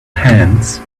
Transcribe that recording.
hands